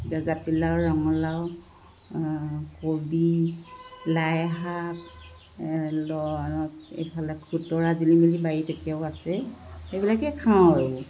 জাতিলাও ৰঙালাও কবি লাইশাক এইফালে খুতৰা জিলিমিলি বাৰীত এতিয়াও আছেই সেইবিলাকেই খাওঁ আৰু